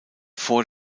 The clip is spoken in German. vor